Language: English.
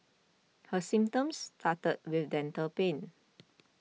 her symptoms started with dental pain